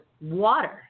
water